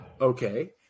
okay